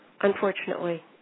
unfortunately